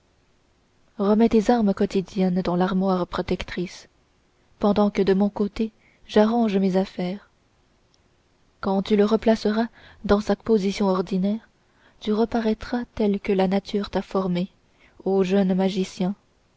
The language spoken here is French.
remets tes armes quotidiennes dans l'armoire protectrice pendant que de mon côté j'arrange mes affaires quand tu le replaceras dans sa position ordinaire tu reparaîtras tel que la nature t'a formé ô jeune magicien